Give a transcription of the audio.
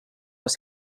les